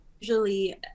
usually